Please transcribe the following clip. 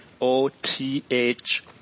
O-T-H